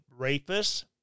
rapists